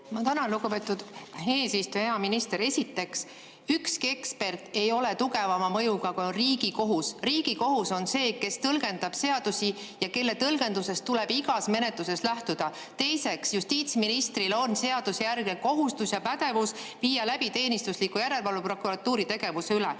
Ma tänan! Lugupeetud eesistuja! Hea minister! Esiteks, ükski ekspert ei ole tugevama mõjuga kui Riigikohus. Riigikohus on see, kes tõlgendab seadusi ja kelle tõlgendusest tuleb igas menetluses lähtuda. Teiseks, justiitsministril on seaduse järgi kohustus ja pädevus viia läbi teenistuslikku järelevalvet prokuratuuri tegevuse üle.